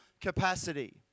capacity